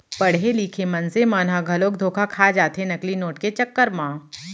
पड़हे लिखे मनसे मन ह घलोक धोखा खा जाथे नकली नोट के चक्कर म